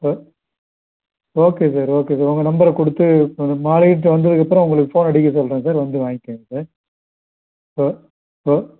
okay sir okay sir உங்கள் நம்பரை கொடுத்து மாலையீடுட்டே வந்ததுக்கப்புறம் உங்களுக்கு ஃபோன் அடிக்க சொல்கிறேன் சார் வந்து வாங்கிக்கோங்க சார் ப ப